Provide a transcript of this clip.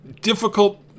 difficult